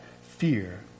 fear